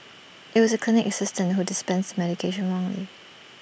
IT was the clinic assistant who dispensed medication wrongly